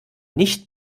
nicht